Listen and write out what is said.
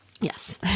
Yes